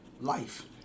life